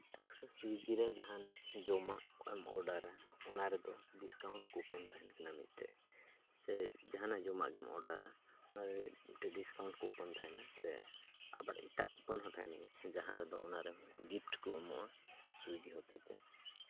ᱟᱪᱪᱷᱟ ᱥᱩᱭᱜᱤ ᱨᱮ ᱡᱟᱦᱟᱱ ᱡᱚᱢᱟᱜ ᱮᱢ ᱚᱰᱟᱨᱟ ᱚᱱᱟ ᱨᱮᱫᱚ ᱰᱤᱥᱠᱟᱣᱩᱱᱴ ᱠᱩᱯᱚᱱ ᱛᱟᱦᱮᱱ ᱠᱟᱱᱟ ᱢᱤᱫᱴᱮᱱ ᱥᱮ ᱡᱟᱦᱟᱱᱟᱜ ᱡᱚᱢᱟᱜ ᱜᱮᱢ ᱚᱰᱟᱨᱟ ᱚᱱᱟ ᱨᱮᱭᱟᱜ ᱢᱤᱫᱴᱮᱱ ᱰᱤᱥᱠᱟᱣᱩᱱᱴ ᱠᱩᱯᱚᱱ ᱛᱟᱦᱮᱱᱟ ᱥᱮ ᱟᱵᱟᱨ ᱮᱴᱟᱜ ᱠᱩᱯᱚᱱ ᱦᱚᱸ ᱛᱟᱦᱮᱱ ᱜᱮᱭᱟ ᱠᱤ ᱡᱟᱦᱟᱸ ᱨᱮᱫᱚ ᱚᱱᱟᱨᱮ ᱜᱤᱯᱷᱴ ᱠᱚ ᱮᱢᱚᱜᱼᱟ ᱥᱩᱭᱜᱤ ᱦᱚᱛᱮ ᱛᱮ